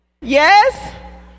Yes